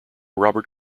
robert